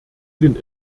den